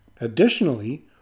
Additionally